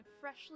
freshly